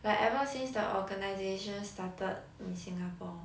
like ever since the organisation started in singapore